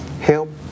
help